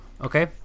okay